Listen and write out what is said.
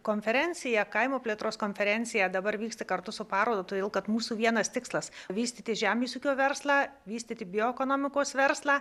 konferencija kaimo plėtros konferencija dabar vyksta kartu su paroda todėl kad mūsų vienas tikslas vystyti žemės ūkio verslą vystyti bioekonomikos verslą